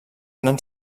eren